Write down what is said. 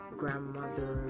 grandmother